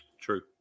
True